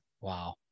Wow